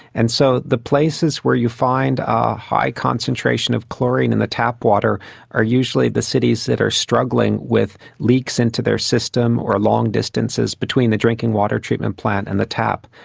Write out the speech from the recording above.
and so the places where you find a high concentration of chlorine in the tap water are usually the cities that are struggling with leaks into their system or long distances between the drinking water treatment plant and the tap.